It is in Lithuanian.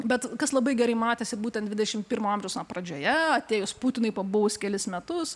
bet kas labai gerai matėsi būtent dvidešimt pirmo amžiaus na pradžioje atėjus putinui pabuvus kelis metus